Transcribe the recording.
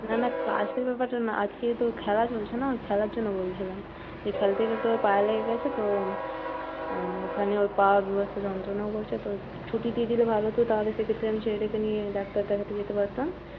না না ক্লাসের ব্যাপারে না আজকে তো ওর খেলা চলছে না খেলার জন্য বলছিলাম এই খেলতে খেলতে ওর পায়ে লেগে গেছে তো ও ওখানে ওর পা বীভৎস যন্ত্রণাও করছে তো ছুটি দিয়ে দিলে ভালো হতো তাহলে সেক্ষেত্রে আমি ছেলেটাকে নিয়ে ডাক্তার দেখাতে যেতে পারতাম